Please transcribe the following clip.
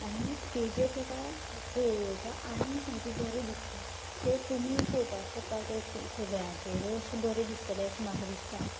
आनी तेचेर तेका पळोवपा आनी सामकें बरें दिसता सो तुमी पळोवपा शकता सगळ्यांचेरच अशें बरें दिसतले अशें म्हाका दिसता